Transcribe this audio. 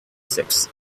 six